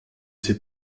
ses